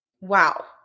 Wow